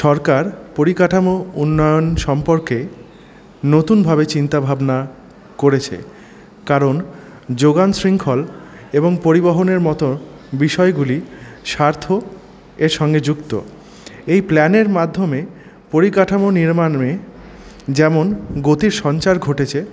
সরকার পরিকাঠামো উন্নয়ন সম্পর্কে নতুনভাবে চিন্তা ভাবনা করেছে কারণ যোগান শৃঙ্খল এবং পরিবহনের মতো বিষয়গুলির স্বার্থ এর সঙ্গে যুক্ত এই প্ল্যানের মাধ্যমে পরিকাঠামো নির্মাণে যেমন গতি সঞ্চার ঘটেছে